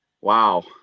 Wow